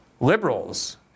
liberals